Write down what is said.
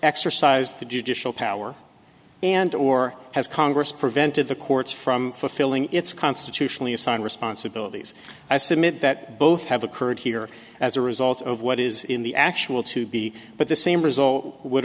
exercised the judicial power and or has congress prevented the courts from fulfilling its constitutionally assigned responsibilities i submit that both have occurred here as a result of what is in the actual to be but the same result would